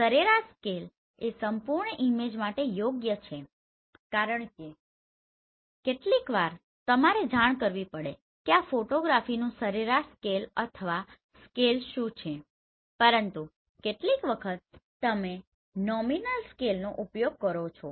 તેથી સરેરાશ સ્કેલ એ સંપૂર્ણ ઈમેજ માટે યોગ્ય છે કારણ કે કેટલીકવાર તમારે જાણ કરવી પડે છે કે આ ફોટોગ્રાફીનું સરેરાશ સ્કેલ અથવા સ્કેલ શું છે પરંતુ કેટલીક વખત તમે નોમિનલ સ્કેલનો ઉપયોગ કરો છો